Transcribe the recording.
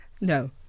No